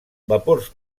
vapors